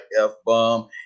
F-Bomb